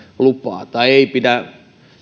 lupaa tai ei pidä